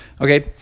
okay